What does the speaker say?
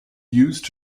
used